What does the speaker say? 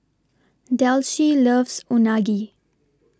Delcie loves Unagi